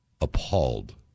appalled